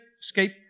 escape